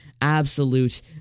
absolute